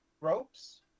ropes